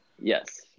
Yes